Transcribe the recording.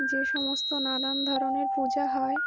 যে সমস্ত নানান ধরনের পূজা হয়